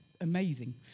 amazing